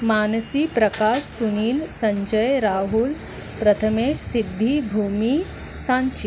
Mansi Prakash Sunil Sanjay Rahul Prathamesh Siddhi Bhumi Sanchi